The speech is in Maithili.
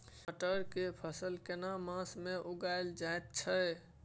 मटर के फसल केना मास में उगायल जायत छै?